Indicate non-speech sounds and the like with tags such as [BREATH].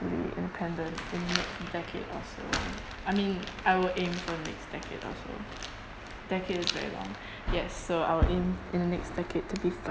independent in the next decade or so I mean I will aim for the next decade or so decade is like a long [BREATH] yes so I will aim for the next decade to be